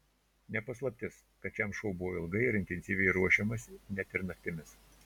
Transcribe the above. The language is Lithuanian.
ne paslaptis kad šiam šou buvo ilgai ir intensyviai ruošiamasi net ir naktimis